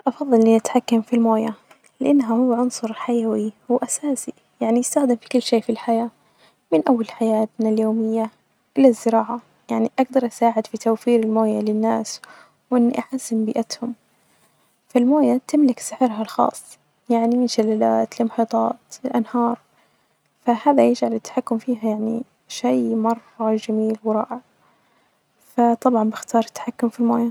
أفظل إني أتحكم في المويه لأنها هو عنصر حيوي وأساسي ،يعني يستهدف كل شيء في الحياة من أول حياتنا اليومية للزراعة ،يعني أجدر أساعد في توفير المويه للناس ،وإني أحسن بيئتهم ،فالموية تملك سحرها الخاص يعني من شلالات لمحيطات ،لأنهار فهذا يجعل التحكم فيها يعني شي مرة جميل ورائع ف طبعا بختار التحكم في المويه.